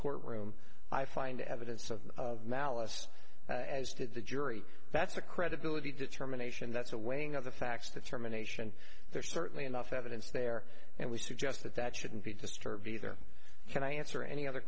courtroom i find evidence of malice as did the jury that's a credibility determination that's a weighing of the facts the termination there's certainly enough evidence there and we suggest that that shouldn't be disturbed either can i answer any other